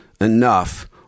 enough